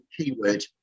keyword